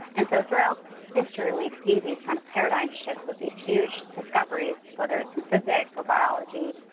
and so, throughout history we see these kind of paradigm shifts with these huge discoveries, whether it's in physics or biology,